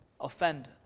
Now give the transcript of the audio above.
Offend